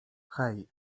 hej